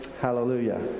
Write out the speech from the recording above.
Hallelujah